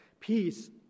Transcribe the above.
Peace